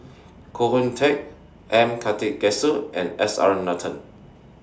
Koh Hoon Teck M Karthigesu and S R Nathan